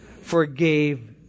forgave